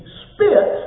spit